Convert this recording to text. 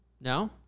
No